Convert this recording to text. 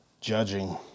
judging